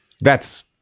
That's-